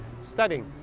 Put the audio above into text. studying